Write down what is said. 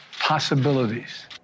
Possibilities